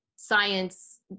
science